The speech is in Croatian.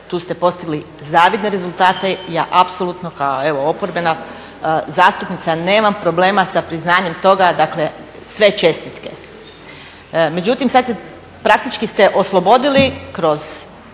Tu ste postigli zavidne rezultate, i ja apsolutno kao oporbena zastupnica nemam problema sa priznanjem toga, dakle sve čestitke. Međutim, praktički ste oslobodili kroz